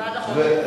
אנחנו בעד החוק הזה.